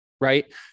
right